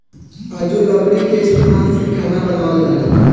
आजो लकड़ी के इस्तमाल से खाना बनावल जाला